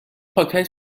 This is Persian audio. پاکت